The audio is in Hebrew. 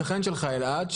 שכן שלך אלעד,